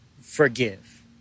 forgive